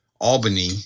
Albany